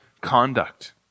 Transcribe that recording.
conduct